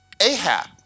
Ahab